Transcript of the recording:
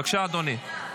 בבקשה, אדוני.